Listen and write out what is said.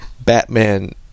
Batman